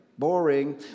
Boring